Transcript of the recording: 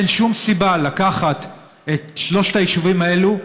אין שום סיבה לקחת את שלושת היישובים האלה,